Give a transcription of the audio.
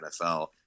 NFL